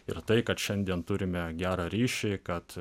ir tai kad šiandien turime gerą ryšį kad